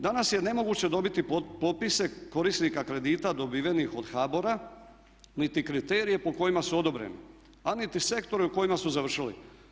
Danas je nemoguće dobiti popise korisnika kredita dobivenih od HBOR-a niti kriterije po kojima su odobreni, a niti sektore u kojima su završili.